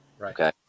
okay